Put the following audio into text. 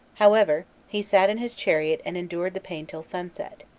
however, he sat in his chariot and endured the pain till sunset,